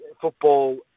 football